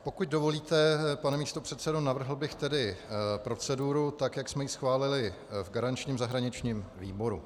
Pokud dovolíte, pane místopředsedo, navrhl bych tedy proceduru tak, jak jsme ji schválili v garančním zahraničním výboru.